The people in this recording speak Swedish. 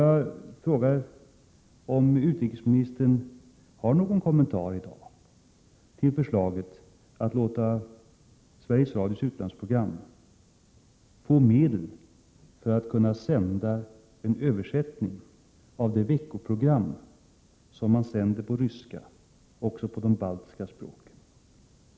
Jag vill fråga om utrikesministern har någon kommentar i dag till förslaget att låta Sveriges Radios utlandsprogram få medel för att kunna sända en översättning av det veckoprogram som sänds på ryska också på de baltiska språken.